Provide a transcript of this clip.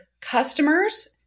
customers